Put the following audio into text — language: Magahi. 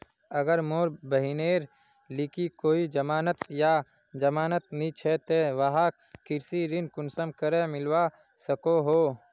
अगर मोर बहिनेर लिकी कोई जमानत या जमानत नि छे ते वाहक कृषि ऋण कुंसम करे मिलवा सको हो?